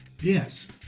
Yes